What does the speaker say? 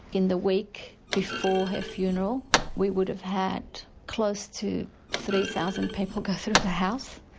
in the week before her funeral we would have had close to three thousand people go through the house,